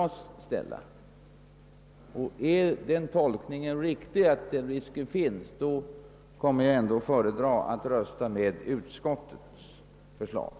Är det riktigt att denna risk finns, måste jag ändå föredra att rösta för utskottets förslag.